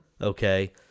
Okay